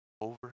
over